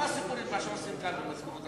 מה הסיפורים שעושים כאן.